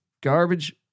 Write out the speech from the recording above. garbage